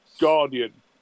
guardian